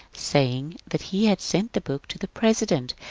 saying that he had sent the book to the president,